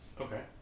Okay